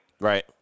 Right